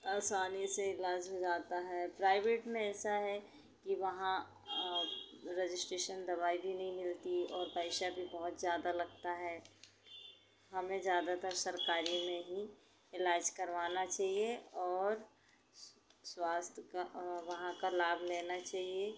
आसानी से इलाज हो जाता है प्राइवेट में ऐसा है कि वहाँ रेजिस्टेसन दवाई भी नहीं मिलती और पैसा भी बहुत ज़्यादा लगता है हमें ज़्यादातर सरकारी में ही इलाज करवाना चाहिए और सु स्वास्थ्य व वहाँ का लाभ लेना चाहिए